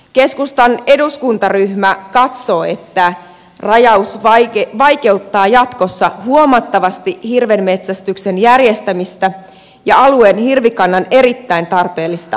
keskustan eduskuntaryhmä katsoo että rajaus vaikeuttaa jatkossa huomattavasti hirvenmetsästyksen järjestämistä ja alueen hirvikannan erittäin tarpeellista säätelyä